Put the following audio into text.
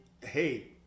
Hey